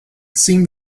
seemed